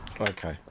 Okay